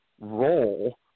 role